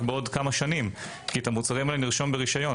בעוד כמה שנים כי את המוצרים האלה נרשום ברשיון.